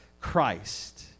Christ